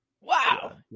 Wow